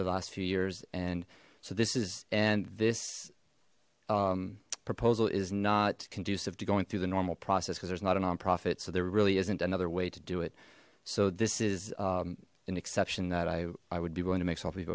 the last few years and so this is and this proposal is not conducive to going through the normal process because there's not a non profit so there really isn't another way to do it so this is an exception that i would be willing to make s